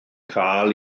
cael